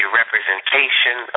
representation